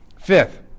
Fifth